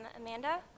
Amanda